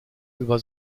über